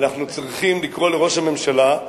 ואנחנו צריכים לקרוא לראש הממשלה,